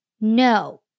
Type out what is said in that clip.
No